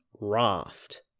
raft